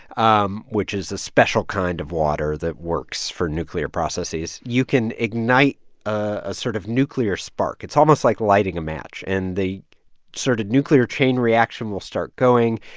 um which is a special kind of water that works for nuclear processes you can ignite a sort of nuclear spark. it's almost like lighting a match. and the sort of nuclear chain reaction will start going.